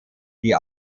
die